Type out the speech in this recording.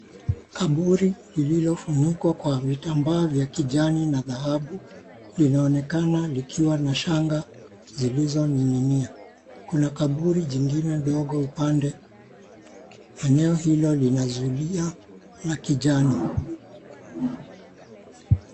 Kaburi lililofunikwa Kwa vitambaa vya kijani na dhahabu linaonekana likiwa na shanga zilizoning'inia. 𝐾una kaburi jingine dogo upande. Eneo hilo linazulia na kijani.